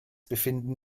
befinden